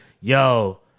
yo